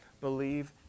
believe